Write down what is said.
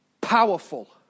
powerful